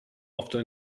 after